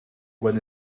when